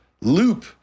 loop